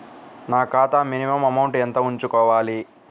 నా ఖాతా minimum amount ఎంత ఉంచుకోవాలి?